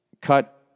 cut